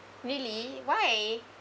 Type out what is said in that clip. really why